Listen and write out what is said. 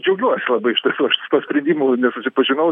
džiaugiuosi labai iš tiesų aš su tuo nesusipažinau